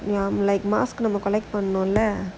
ya like mask நம்ம:namma collect பண்ணணும்ல:pannanumla